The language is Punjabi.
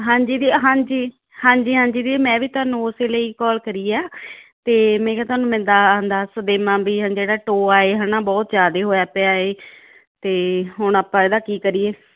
ਹਾਂਜੀ ਹਾਂਜੀ ਹਾਂਜੀ ਹਾਂਜੀ ਮੈਂ ਵੀ ਤੁਹਾਨੂੰ ਉਸੇ ਲਈ ਕਾਲ ਕਰੀ ਆ ਤੇ ਮੈਂ ਕਿਹਾ ਤੁਹਾਨੂੰ ਮੈਂ ਦੱਸ ਦੇਵਾਂ ਵੀ ਜਿਹੜਾ ਟੋਆ ਏ ਹਨਾ ਬਹੁਤ ਜਿਆਦੇ ਹੋਇਆ ਪਿਆ ਇਹ ਤੇ ਹੁਣ ਆਪਾਂ ਇਹਦਾ ਕੀ ਕਰੀਏ